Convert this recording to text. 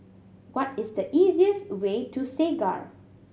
what is the easiest way to Segar